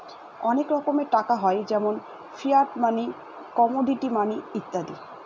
অনেক রকমের টাকা হয় যেমন ফিয়াট মানি, কমোডিটি মানি ইত্যাদি